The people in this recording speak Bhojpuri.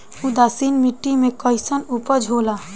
उदासीन मिट्टी में कईसन उपज होला?